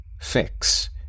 fix